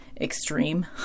extreme